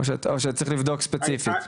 או שצריך לבדוק את זה ספציפית?